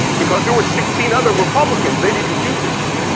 because there were sixteen other republicans they didn't do this on.